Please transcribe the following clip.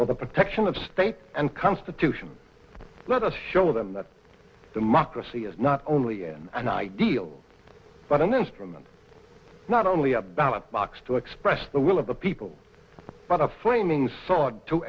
for the protection of state and constitution let us show them that democracy is not only an ideal but an instrument not only a ballot box to express the will of the people but a flaming sword to